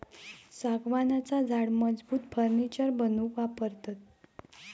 सागवानाचा झाड मजबूत फर्नीचर बनवूक वापरतत